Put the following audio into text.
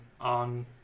on